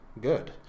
good